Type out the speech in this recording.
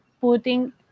putting